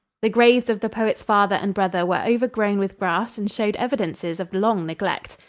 the graves of the poet's father and brother were overgrown with grass and showed evidences of long neglect.